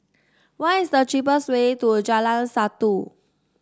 what is the cheapest way to Jalan Satu